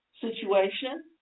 situation